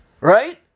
Right